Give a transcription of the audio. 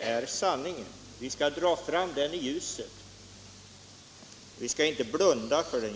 är sanningen. Vi skall dra fram den i ljuset. Vi skall inte blunda för den.